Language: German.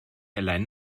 allein